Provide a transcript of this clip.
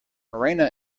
morena